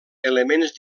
elements